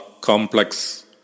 complex